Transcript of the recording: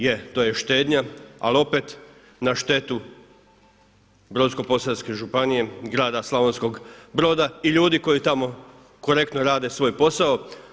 Je, to je štednja ali opet na štetu Brodsko-posavske županije i grada Slavonskog Broda i ljudi koji tamo korektno rade svoj posao.